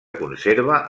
conserva